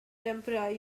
tempera